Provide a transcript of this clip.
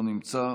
לא נמצא,